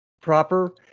proper